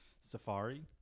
safari